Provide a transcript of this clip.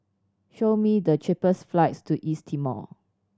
show me the cheapest flights to East Timor